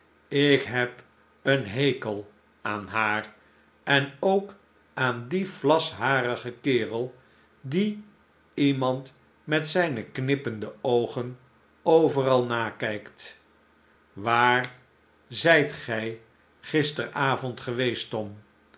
zoogeheimzinnig ikheb een hekel aan haar en ook aan dien vlasharigen kerel die iemand met zijne knippende oogen overal nakijkt waar zijt gij gisteravond geweest tom